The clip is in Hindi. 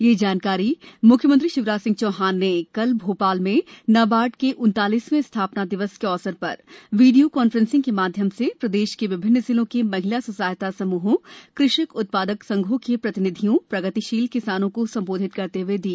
यह जानकारी मुख्यमंत्री शिवराज सिंह चौहान ने कल भोपाल में नाबार्ड के उन्तालिसवें स्थापना दिवस के अवसर पर वीडियो कॉफ्रेंसिंग के माध्यम से प्रदेश के विभिन्न जिलों के महिला स्व सहायता समूहों कृषक उत्पादक संघों के प्रतिनिधियों प्रगतिशील किसानों को सम्बोधित करते हए दी